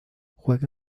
juega